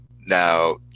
Now